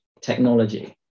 technology